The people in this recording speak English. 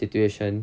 situation